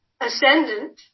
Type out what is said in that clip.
ascendant